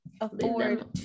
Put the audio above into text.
afford